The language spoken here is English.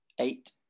eight